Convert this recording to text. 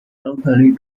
locally